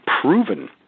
proven